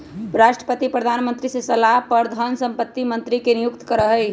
राष्ट्रपति प्रधानमंत्री के सलाह पर धन संपत्ति मंत्री के नियुक्त करा हई